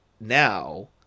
now